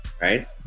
Right